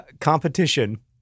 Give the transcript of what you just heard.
competition